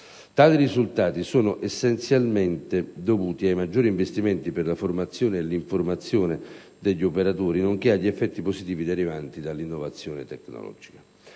Tali risultati sono essenzialmente dovuti ai maggiori investimenti per la formazione e l'informazione degli operatori nonché agli effetti positivi derivanti dall'innovazione tecnologica.